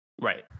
Right